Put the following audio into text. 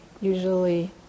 usually